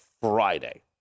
Friday